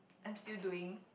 I'm still doing